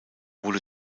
wurde